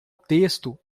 texto